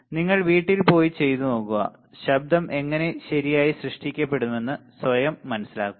നിങ്ങൾ വീട്ടിൽ പോയി ചെയ്തു നോക്കുക ശബ്ദം എങ്ങനെ ശരിയായി സൃഷ്ടിക്കപ്പെടുന്നുവെന്ന് സ്വയം മനസിലാക്കുക